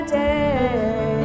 day